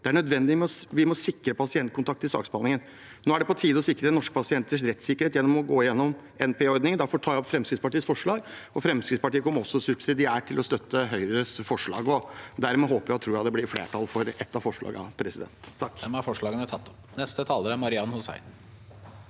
Det er nødvendig at vi sikrer pasientkontakt i saksbehandlingen. Nå er det på tide å sikre norske pasienters rettssikkerhet gjennom å gå gjennom NPE-ordningen. Derfor tar jeg opp Fremskrittspartiets forslag, og Fremskrittspartiet kommer subsidiært til å støtte Høyres forslag. Dermed håper og tror jeg det blir flertall for et av forslagene. Presidenten